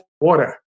water